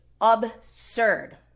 absurd